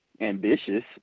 ambitious